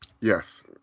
Yes